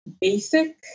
basic